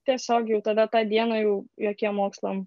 tiesiog jau tada tą dieną jau jokiem mokslam